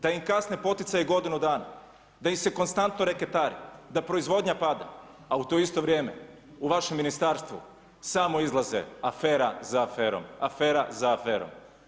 Da im kasne poticaji godinu dana, da im se konstantno reketari, da proizvodnja pada, a u to isto vrijeme u vaše ministarstvu samo izlazi afera za aferom, afera za aferom.